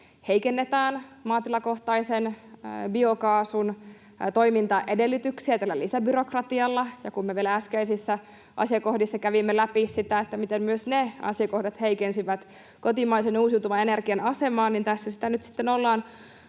heikennetään maatilakohtaisen biokaasun toimintaedellytyksiä tällä lisäbyrokratialla. Ja kun me vielä äskeisissä asiakohdissa kävimme läpi sitä, miten myös ne asiakohdat heikensivät kotimaisen uusiutuvan energian asemaa, niin tässä sitä nyt sitten ollaan